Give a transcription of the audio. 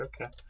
okay